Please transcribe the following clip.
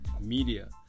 Media